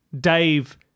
Dave